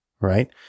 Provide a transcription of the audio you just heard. right